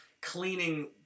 cleaning